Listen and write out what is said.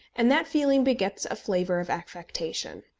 and that feeling begets a flavour of affectation.